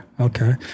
Okay